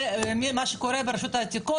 מה שקורה ברשות העתיקות,